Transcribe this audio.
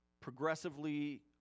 progressively